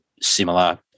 similar